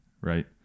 right